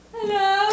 Hello